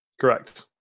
Correct